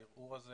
הערעור הזה